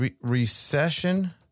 Recession